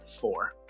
Four